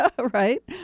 right